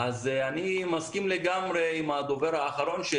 אני מסכים לגמרי עם הדובר האחרון.